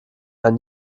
ein